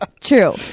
true